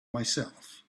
myself